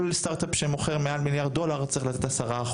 סטארטאפ שמוכר מעל 1 מיליארד דולר צריך לתת 10%,